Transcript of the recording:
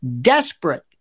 desperate